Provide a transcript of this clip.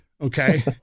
okay